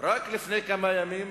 רק לפני כמה ימים